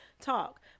talk